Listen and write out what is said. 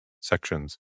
sections